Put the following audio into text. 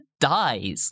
dies